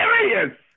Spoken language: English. serious